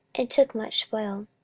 and took much spoil.